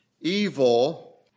evil